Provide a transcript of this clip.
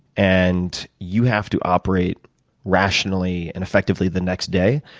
and you have to operate rationally and effectively the next day.